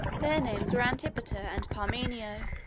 their names were antipater and parmenio.